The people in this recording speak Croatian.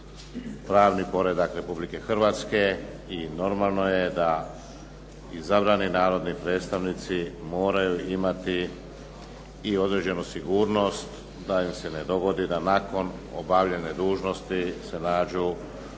pravni poredak Republike Hrvatske i normalno je da izabrani narodni predstavnici moraju imati i određenu sigurnost da im se ne dogodi da nakon obavljene dužnosti se nađu